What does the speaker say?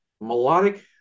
Melodic